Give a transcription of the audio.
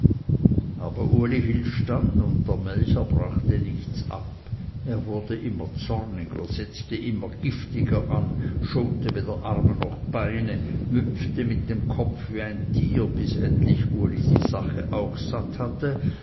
aber uli hielt stand der melcher brachte nichts ab er wurde immer zorniger setzte immer giftiger an schonte weder arme noch beine müpfte mit dem kopf wie ein tier bis endlich uli die sache auch satt hatte